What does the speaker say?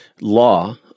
law